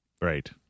Right